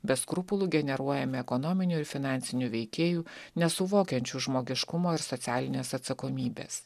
be skrupulų generuojami ekonominių ir finansinių veikėjų nesuvokiančių žmogiškumo ir socialinės atsakomybės